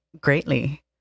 Greatly